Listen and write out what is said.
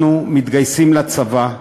אנחנו מתגייסים לצבא,